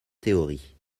théories